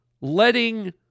letting